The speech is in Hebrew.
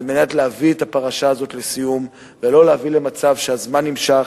על מנת להביא את הפרשה הזו לסיום ולא להביא למצב שהזמן נמשך,